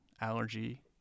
allergy